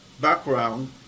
background